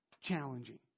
challenging